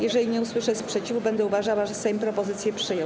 Jeżeli nie usłyszę sprzeciwu, będę uważała, że Sejm propozycję przyjął.